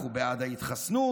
אנחנו בעד ההתחסנות,